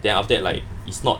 then after that like it's not